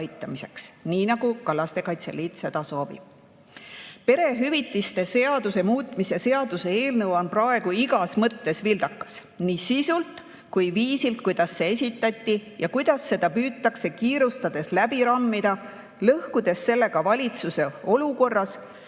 nii nagu ka Lastekaitse Liit seda soovib. Perehüvitiste seaduse muutmise seaduse eelnõu on praegu igas mõttes vildakas, nii sisult kui ka viisilt, kuidas see esitati, ja kuidas seda püütakse kiirustades läbi rammida, lõhkudes sellega valitsust olukorras,